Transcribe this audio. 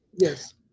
Yes